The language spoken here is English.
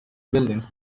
buildings